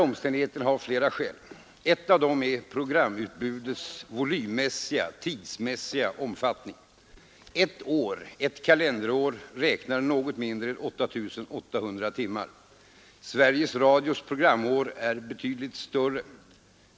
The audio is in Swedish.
Omständigheten har flera skäl. Ett av dem är programutbudets volymmässiga, tidsmässiga omfattning. Ett år, ett kalenderår, räknar något mindre än 8 800 timmar. Sveriges Radios programår är betydligt större.